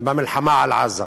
במלחמה על עזה.